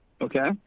Okay